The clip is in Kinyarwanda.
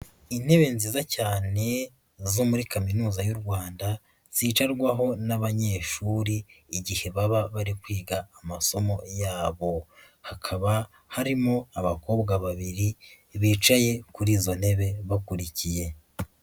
Intebe nziza cyane zo muri Kaminuza y'u Rwanda zicarwaho n'abanyeshuri igihe baba bari kwiga amasomo yabo, hakaba harimo abakobwa babiri bicaye kuri izo ntebe bakurikiye.